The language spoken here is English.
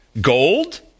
Gold